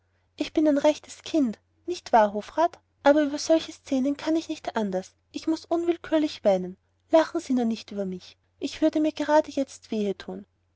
ich bin ein rechtes kind nicht wahr hofrat aber über solche szenen kann ich nicht anders muß ich unwillkürlich weinen lachen sie nur nicht über mich es würde mir gerade jetzt